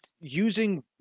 using